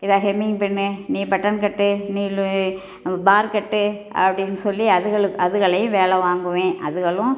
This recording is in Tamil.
எல்லாம் ஹெம்மிங் பண்ணு நீ பட்டன் கட்டு நீ பார்க் கட்டு அப்படின்னு சொல்லி அதுகளையும் வேலை வாங்குவேன் அதுகளும்